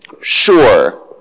Sure